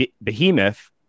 behemoth